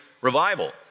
revival